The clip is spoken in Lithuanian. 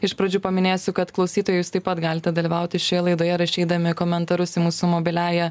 iš pradžių paminėsiu kad klausytojai jūs taip pat galite dalyvauti šioje laidoje rašydami komentarus į mūsų mobiliąja